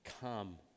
Come